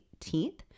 18th